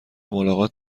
ملاقات